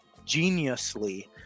geniusly